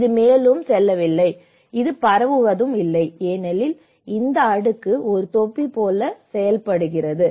இது மேலும் செல்லவில்லை இது பரவவில்லை ஏனெனில் இந்த அடுக்கு ஒரு தொப்பி போல செயல்படுகிறது